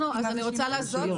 החוק לא יעבור.